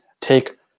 Take